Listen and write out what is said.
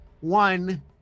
One